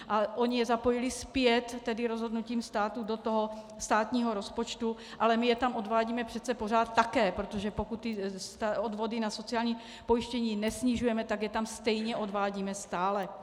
Ale oni je zapojili zpět rozhodnutím státu do toho státního rozpočtu, ale my je tam odvádíme přece pořád také, protože pokud odvody na sociální pojištění nesnižujeme, tak je tam stejně odvádíme stále.